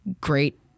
great